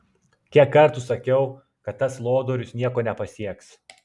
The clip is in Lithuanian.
kiek kartų sakiau kad tas lodorius nieko nepasieks